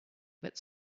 but